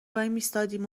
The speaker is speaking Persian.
وایمیستادیم